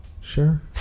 Sure